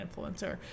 influencer